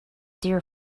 dear